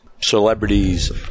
celebrities